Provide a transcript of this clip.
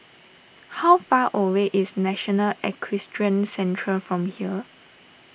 how far away is National Equestrian Centre from here